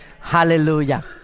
hallelujah